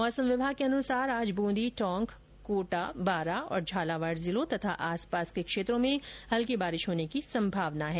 मौसम विभाग के अनुसार आज ब्रंदी टोंक कोटा बारा और झालावाड़ जिलों और आसपास के क्षेत्रो में हल्की बारिश होने की संभावना है